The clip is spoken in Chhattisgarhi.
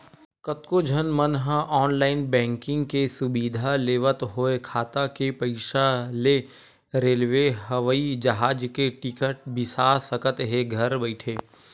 कतको झन मन ह ऑनलाईन बैंकिंग के सुबिधा लेवत होय खाता के पइसा ले रेलवे, हवई जहाज के टिकट बिसा सकत हे घर बइठे